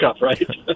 right